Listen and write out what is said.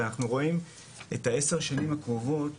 ואנחנו רואים את עשר השנים הקרובות